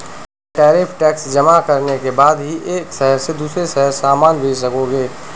tariff tax जमा करने के बाद ही एक शहर से दूसरे शहर सामान भेज सकोगे